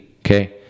Okay